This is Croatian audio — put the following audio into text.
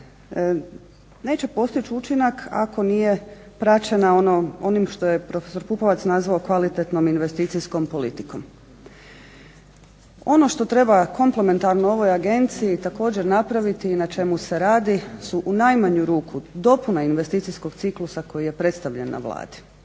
neće postići učinak ako nije praćena onim što je prof. PUpovac nazvao kvalitetnom investicijskom politikom. Ono što treba komplementarno ovoj agenciji također napraviti i na čemu se radi su u najmanju ruku dopuna investicijskog ciklusa koji je predstavljen na Vladi.